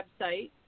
website